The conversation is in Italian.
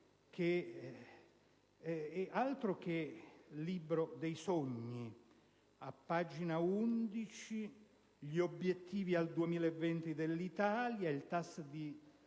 che altro che libro dei sogni! A pagina 11, quanto agli obiettivi al 2020 dell'Italia, il tasso di